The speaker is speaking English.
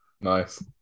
Nice